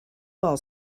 ball